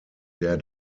der